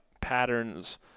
patterns